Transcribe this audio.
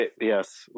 Yes